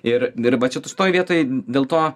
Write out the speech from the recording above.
ir dir ba čia su toj vietoj dėl to